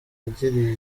yagiriye